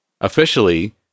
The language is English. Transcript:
officially